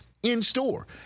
in-store